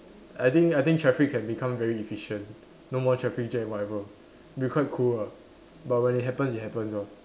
I think I think traffic can become very efficient no more traffic jam whatever will be quite cool lah but when it happens it happens lor